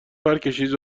پرکشید